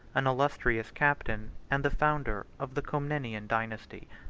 an illustrious captain, and the founder of the comnenian dynasty.